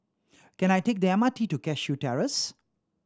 can I take the M R T to Cashew Terrace